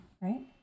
right